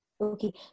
Okay